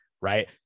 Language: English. right